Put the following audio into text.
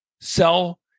sell